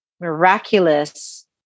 miraculous